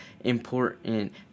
important